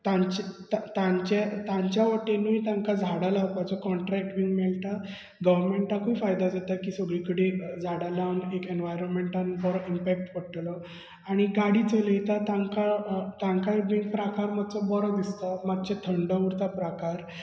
तांचे तांचे तांचे वटेनूय तांकां झाडां लावपाचो काॅट्रेंक बी मेळटा गर्वमेंटाकूय फायदो जाता की सगळीं कडेन झाडां लावन एक ऍर्वरमॅटांत बरो इंमपेक्ट पडतलो आनी गाडी चलयता तांकां तांकांय बी प्रकार बरो दिसतलो मातचो थंड उरता प्राकार